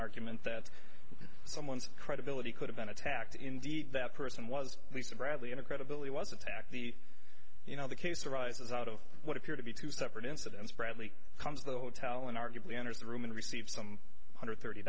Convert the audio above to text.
argument that someone's credibility could have been attacked indeed that person was lisa bradley in a credibility was attacked the you know the case arises out of what appear to be two separate incidents bradley comes to the hotel and arguably enters the room and receive some one hundred thirty